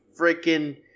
freaking